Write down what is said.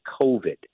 COVID